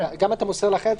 אתה גם מוסר לאחראי.